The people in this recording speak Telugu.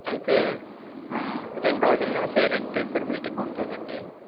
అయితే ఆ రెండు రోజుల్లో పేరెంట్ టీచర్ మీటింగ్ ఉంటుంది